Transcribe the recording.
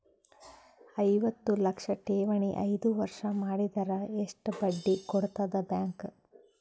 ಐವತ್ತು ಲಕ್ಷ ಠೇವಣಿ ಐದು ವರ್ಷ ಮಾಡಿದರ ಎಷ್ಟ ಬಡ್ಡಿ ಕೊಡತದ ಬ್ಯಾಂಕ್?